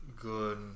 good